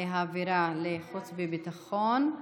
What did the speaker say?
להעבירה לוועדת החוץ והביטחון.